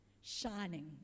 shining